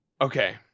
Okay